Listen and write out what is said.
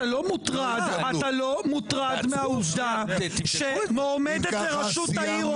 אתה לא מוטרד מהעובדה שמועמדת לראשות העיר,